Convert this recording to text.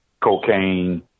cocaine